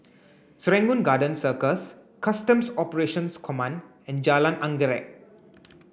Serangoon Garden Circus Customs Operations Command and Jalan Anggerek